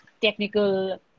technical